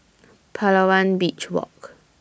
Palawan Beach Walk